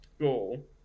goal